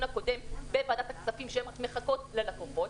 הקודם בוועדת הכספים שהן מחכות ללקוחות.